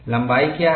लंबाई क्या है